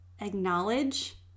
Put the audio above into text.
acknowledge